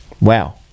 Wow